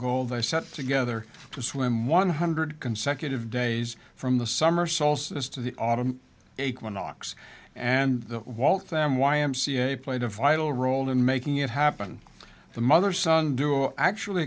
goal they set together to swim one hundred consecutive days from the summer solstice to the autumn equinox and the waltham y m c a played a vital role in making it happen the mother son duo actually